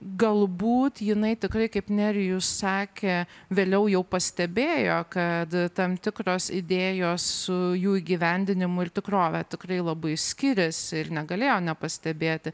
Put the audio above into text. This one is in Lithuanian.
galbūt jinai tikrai kaip nerijus sakė vėliau jau pastebėjo kad tam tikros idėjos su jų įgyvendinimu ir tikrove tikrai labai skiriasi ir negalėjo nepastebėti